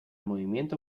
movimiento